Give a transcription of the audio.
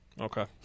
Okay